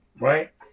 Right